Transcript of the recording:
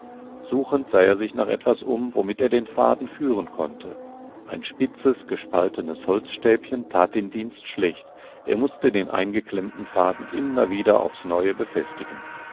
suchend sah er sich nach etwas um womit er den faden führen konnte ein spitzes gespaltenes holzstäbchen tat den dienst schlecht er mußte den eingeklemmten faden immer wieder aufs neue befestigen